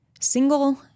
single